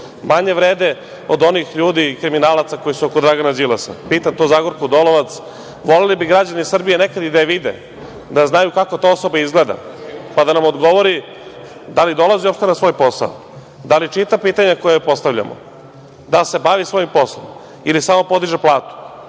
manje vrede od onih ljudi i kriminalaca koji su oko Dragana Đilasa? Pitam to Zagorku Dolovac. Voleli bi građani Srbije nekad i da je vide, da znaju kako ta osoba izgleda, pa da nam odgovori da li dolazi uopšte na svoj posao, da li čita pitanja koja joj postavljamo, da li se bavi svojim poslom, ili samo podiže platu.